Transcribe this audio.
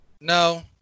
No